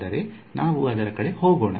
ಆದರೆ ನಾವು ಅದರ ಕಡೆಗೆ ಹೋಗೋಣ